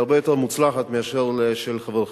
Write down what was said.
והיא הרבה יותר מוצלחת מאשר זו של חברך,